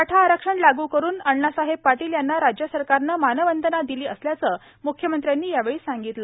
मराठा आरक्षण लागू करून अण्णासाहेब पाटील यांना राज्य सरकारनं मानवंदना दिली असल्याचं म्ख्यमंत्री यावेळी म्हणाले